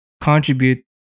contribute